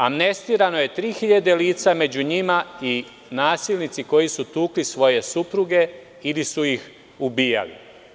Amnestirano je 3.000 lica a među njima i nasilnici koji su tukli svoje supruge ili su ih ubijali.